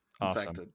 Awesome